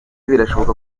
birashoboka